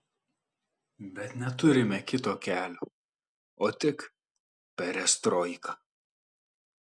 bet neturime kito kelio o tik perestroiką